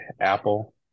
apple